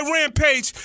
Rampage